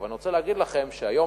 אבל אני רוצה להגיד לכם שהיום,